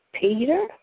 Peter